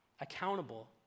accountable